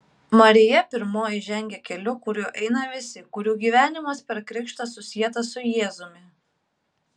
marija pirmoji žengia keliu kuriuo eina visi kurių gyvenimas per krikštą susietas su jėzumi